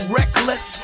reckless